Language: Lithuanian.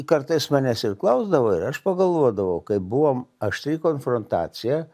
kartais manęs ir klausdavo ir aš pagalvodavau kaip buvom aštri konfrontacija